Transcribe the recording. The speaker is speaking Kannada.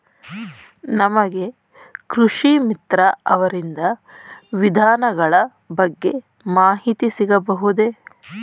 ನಮಗೆ ಕೃಷಿ ಮಿತ್ರ ಅವರಿಂದ ವಿಧಾನಗಳ ಬಗ್ಗೆ ಮಾಹಿತಿ ಸಿಗಬಹುದೇ?